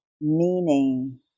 meaning